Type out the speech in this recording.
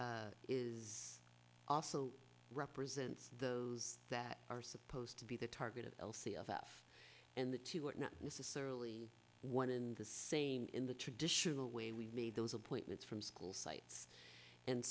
is also represents the that are supposed to be the target of l c f and the two are not necessarily one in the same in the traditional way we made those appointments from school sites and